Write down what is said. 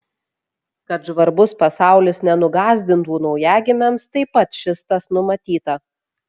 kad žvarbus pasaulis nenugąsdintų naujagimiams taip pat šis tas numatyta